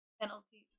penalties